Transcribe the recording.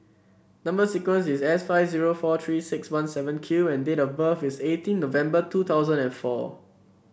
number sequence is S five zero four Three six one seven Q and date of birth is eighteen November two thousand and four